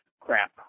crap